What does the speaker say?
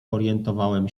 orientowałem